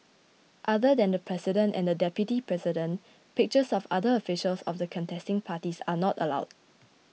other than the president and the deputy president pictures of other officials of the contesting parties are not allowed